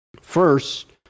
First